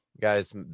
guys